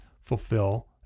fulfill